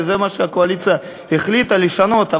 וזה מה שהקואליציה החליטה לשנות.